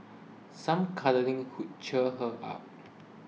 some cuddling could cheer her up